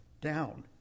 down